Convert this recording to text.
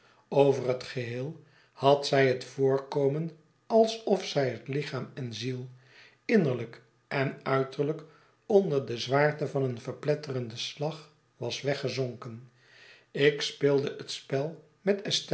over het geheel had zij net voorkomen alsof zij met lichaam en ziel innerlijk en uitterlijk onder de zwaarte van een verpietterenden slag was weggezonken ik speelde het spel met